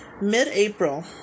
Mid-April